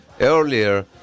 earlier